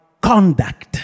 conduct